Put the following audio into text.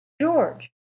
george